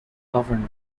governor